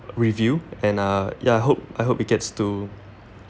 review and uh ya I hope I hope it gets to